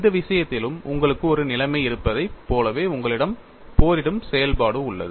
இந்த விஷயத்திலும் உங்களுக்கு ஒரு நிலைமை இருப்பதைப் போலவே உங்களிடம் போரிடும் செயல்பாடு உள்ளது